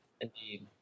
Indeed